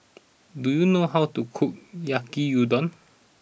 do you know how to cook Yaki Udon